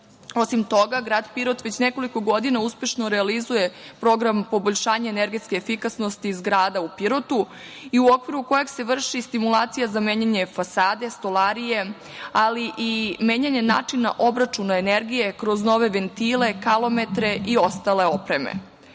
toga, grad Pirot već nekoliko godina uspešno realizuje Program poboljšanja energetske efikasnosti zgrada u Pirotu i u okviru kojeg se vrši stimulacija za menjanje fasade, stolarije, ali i menjanje načina obračuna energije, kroz nove ventile, kalometre i ostale opreme. Ove